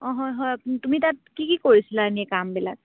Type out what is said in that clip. অঁ হয় হয় তুমি তাত কি কি কৰিছিলা এনেই কামবিলাক